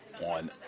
on